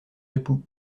époux